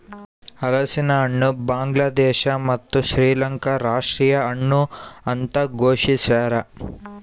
ಹಲಸಿನಹಣ್ಣು ಬಾಂಗ್ಲಾದೇಶ ಮತ್ತು ಶ್ರೀಲಂಕಾದ ರಾಷ್ಟೀಯ ಹಣ್ಣು ಅಂತ ಘೋಷಿಸ್ಯಾರ